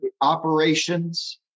operations